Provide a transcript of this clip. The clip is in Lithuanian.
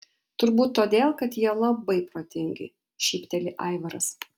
turbūt todėl kad jie labai protingi šypteli aivaras